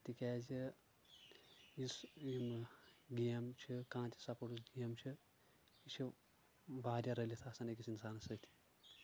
تِکیٛازِ یُس یِم گیم چھِ کانٛہہ تہِ سپورٹٕس گیم چھِ یہِ چھِ واریاہ رٔلِتھ آسان أکِس انسانس سۭتۍ